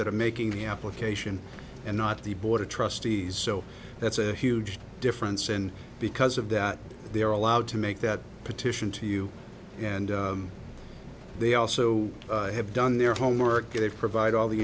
that are making the application and not the board of trustees so that's a huge difference and because of that they are allowed to make that petition to you and they also have done their homework they provide all the